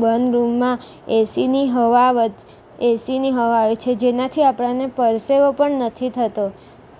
બંધ રૂમમાં એસીની હવા વચ એસીની હવા હોય છે જેનાથી આપણને પરસેવો પણ નથી થતો